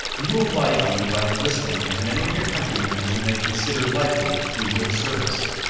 you will oblige me by enlisting as many of your countrymen as you may consider likely to do good service,